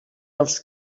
els